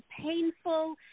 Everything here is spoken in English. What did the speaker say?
painful